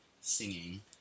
singing